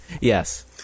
Yes